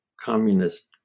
communist